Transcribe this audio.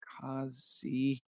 Kazi